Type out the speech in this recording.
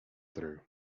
through